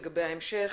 לגבי ההמשך,